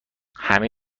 همه